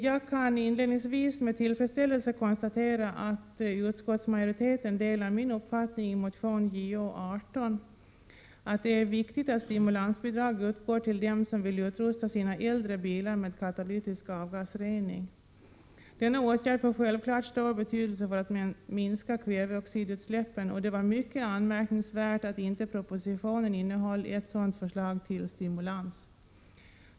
Jag kan inledningsvis med tillfredsställelse konstatera att utskottsmajoriteten delar den uppfattning jag framför i motion Jo18, nämligen att det är viktigt att stimulansbidrag utgår till dem som vill utrusta sina äldre bilar med katalytisk avgasrening. Denna åtgärd får självfallet stor betydelse för att minska kväveoxidutsläppen, och det var mycket anmärkningsvärt att inte propositionen innehöll ett sådant förslag till stimulans.